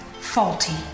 faulty